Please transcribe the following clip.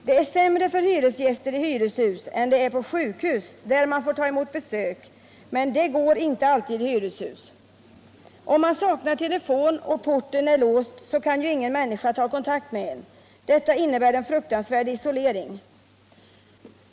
Det är sämre ordnat för hyresgäster i hyreshus än det är på sjukhus, där får man ta emot besök, men det går inte alltid i hyreshus. Om man saknar telefon och porten är låst kan ju ingen människa ta kontakt med en. Detta innebär en fruktansvärd isolering.